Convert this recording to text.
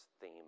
theme